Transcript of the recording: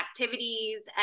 activities